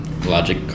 Logic